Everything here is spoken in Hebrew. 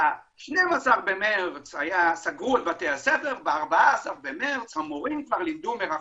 ב-12 במרס סגרו את בתי הספר וב-14 במרס המורים כבר לימדו מרחוק.